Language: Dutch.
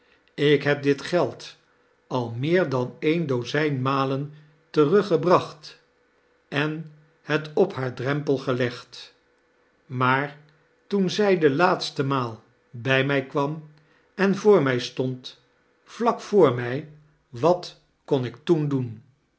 ik heb dit geld al meer dan een dozijn malen teruggebraclxt en het op haar drempel gelegd maar toen zij de laatste maal bij mij kwam en voor mij stond vlak voor mij wat kon ik toen doen